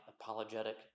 apologetic